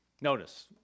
Notice